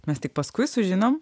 mes tik paskui sužinom